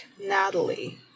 Natalie